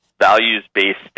values-based